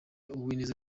uwineza